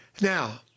Now